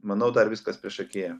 manau dar viskas priešakyje